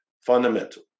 fundamental